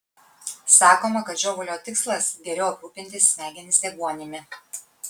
sakoma kad žiovulio tikslas geriau aprūpinti smegenis deguonimi